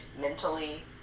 mentally